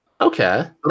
Okay